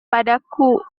padaku